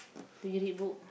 do you read book